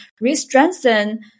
re-strengthen